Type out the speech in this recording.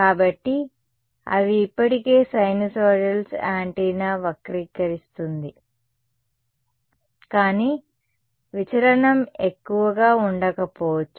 కాబట్టి అవి ఇప్పటికే సిన్యుసోయిడల్స్ యాంటెన్నా వక్రీకరిస్తుంది కానీ విచలనం ఎక్కువగా ఉండకపోవచ్చు